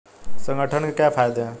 संगठन के क्या फायदें हैं?